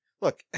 Look